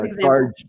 charge